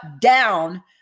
down